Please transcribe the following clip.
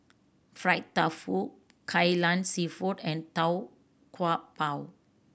fried tofu Kai Lan Seafood and Tau Kwa Pau